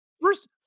First